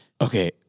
okay